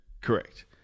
Correct